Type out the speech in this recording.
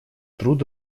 труд